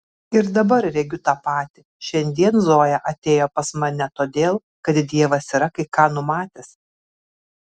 ir dabar regiu tą patį šiandien zoja atėjo pas mane todėl kad dievas yra kai ką numatęs